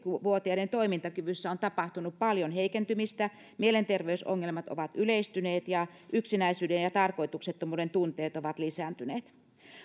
vuotiaiden toimintakyvyssä on tapahtunut paljon heikentymistä mielenterveysongelmat ovat yleistyneet ja yksinäisyyden ja ja tarkoituksettomuuden tunteet ovat lisääntyneet